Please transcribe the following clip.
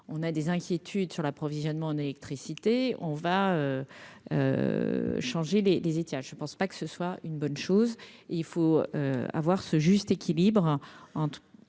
on a des inquiétudes sur l'approvisionnement en électricité, on va changer les les étiages je ne pense pas que ce soit une bonne chose, il faut avoir ce juste équilibre entre